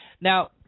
Now